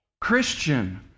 Christian